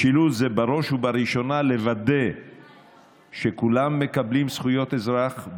משילות זה בראש ובראשונה לוודא שכולם מקבלים זכויות אזרח.